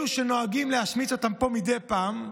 אלה שנוהגים להשמיץ אותם פה מדי פעם.